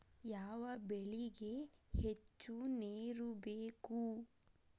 ಯಾವ ಬೆಳಿಗೆ ಹೆಚ್ಚು ನೇರು ಬೇಕು?